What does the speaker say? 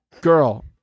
Girl